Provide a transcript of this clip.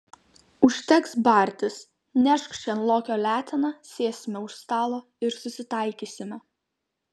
užteks bartis nešk šen lokio leteną sėsime už stalo ir susitaikysime